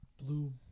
Blue